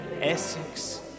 Essex